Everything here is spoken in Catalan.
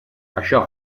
això